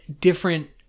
different